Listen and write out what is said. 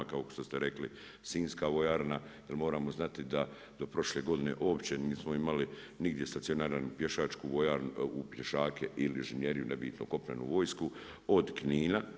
Kao što ste rekli sinjska vojarna, jer moramo znati da do prošle godine uopće nismo imali nigdje stacionara, ni pješačku vojarnu, ni pješake ili inženjeriju nebitno kopnenu vojsku od Knina.